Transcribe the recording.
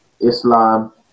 islam